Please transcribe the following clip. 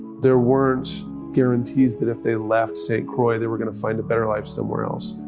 there weren't guarantees that if they left st. croix they were gonna find a better life somewhere else.